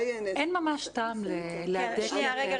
אבל אין ממש טעם להדק --- רגע,